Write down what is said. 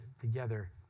together